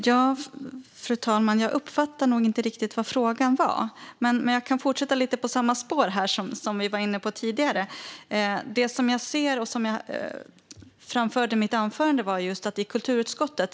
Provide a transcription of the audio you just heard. Fru talman! Jag uppfattade nog inte riktigt vad frågan var, men jag kan fortsätta lite på samma spår som vi var inne på tidigare. Det är jätteroligt att få vara här och diskutera med näringsutskottet.